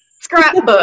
Scrapbook